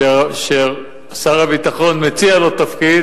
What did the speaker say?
ששר הביטחון מציע לו תפקיד,